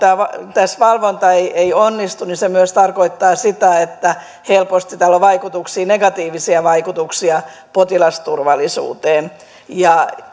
tämä valvonta ei ei onnistu se myös tarkoittaa sitä että helposti tällä on negatiivisia vaikutuksia potilasturvallisuuteen ja